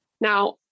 Now